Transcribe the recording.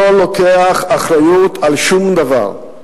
לא לוקח אחריות על שום דבר.